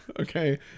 Okay